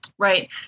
Right